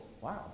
wow